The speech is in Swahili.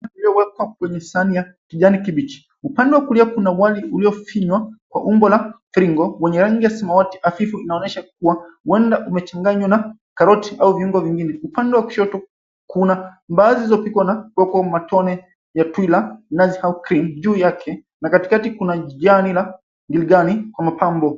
Iliyowekwa kwenye sahani ya kijani kibichi. Upande wa kulia kuna wali uliofinywa kwa umbo la mviringo wenye rangi ya samawati hafifu inaonyesha kuwa huenda umechanganywa na karoti au viungo vingine. Upande wa kushoto kuna mbaazi zilizopikwa na kuwekwa matone ya twila, nazi au cream juu yake na katikati kuna jani ya giligani kwa mapambo.